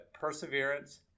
Perseverance